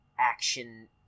action